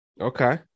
Okay